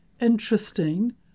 interesting